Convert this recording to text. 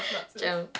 okay